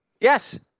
Yes